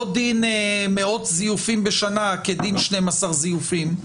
לא דין מאות זיופים בשנה כדין 12 זיופים.